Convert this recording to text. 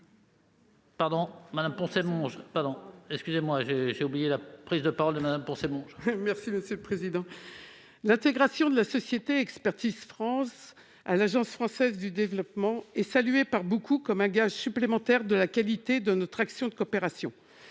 L'intégration de la société Expertise France au sein de l'Agence française de développement est saluée par beaucoup comme un gage supplémentaire de la qualité de notre action de coopération,